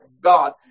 God